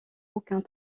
aucun